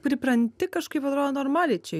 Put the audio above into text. pripranti kažkaip atrodo normaliai čia